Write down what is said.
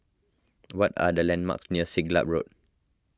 what are the landmarks near Siglap Road